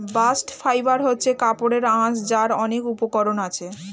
bast fibre হচ্ছে কাপড়ের আঁশ যার অনেক উপকরণ আছে